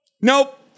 Nope